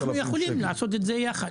אנחנו יכולים לעשות את זה יחד.